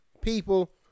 people